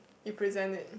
you present it